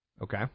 Okay